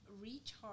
recharge